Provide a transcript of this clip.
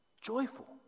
joyful